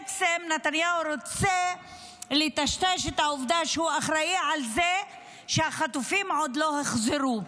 שנתניהו רוצה לטשטש את העובדה שהוא אחראי על זה שהחטופים עוד לא הוחזרו.